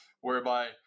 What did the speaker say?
whereby